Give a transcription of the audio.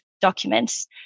documents